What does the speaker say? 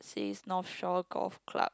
says North Shore Golf Club